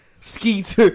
Skeet